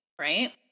right